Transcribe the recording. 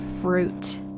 fruit